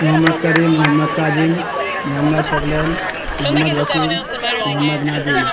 Muhammad Karim Muhammad Kazim Muhammad Saqlain Muhammad Wasim Muhammad Nazim